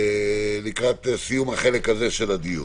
לקראת סיום החלק הזה של הדיון,